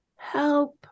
help